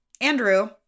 Andrew